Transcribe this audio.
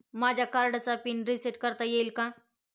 माझ्या कार्डचा pin reset करता येईल का?